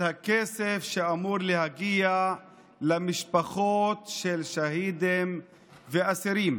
הכסף שאמור להגיע למשפחות של שהידים ואסירים.